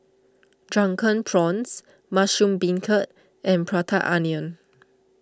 Drunken Prawns Mushroom Beancurd and Prata Onion